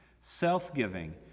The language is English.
self-giving